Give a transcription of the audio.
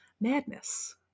madness